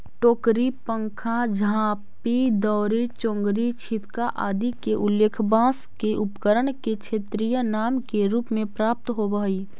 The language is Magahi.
टोकरी, पंखा, झांपी, दौरी, चोंगरी, छितका आदि के उल्लेख बाँँस के उपकरण के क्षेत्रीय नाम के रूप में प्राप्त होवऽ हइ